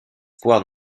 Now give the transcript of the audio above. voire